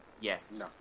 Yes